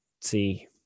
see